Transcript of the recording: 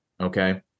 okay